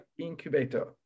incubator